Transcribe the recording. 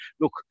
look